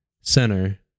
center